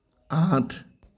আঠ